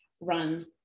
run